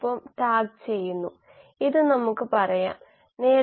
ഇതാണ് metabolite flux വിശകലനം